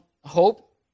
hope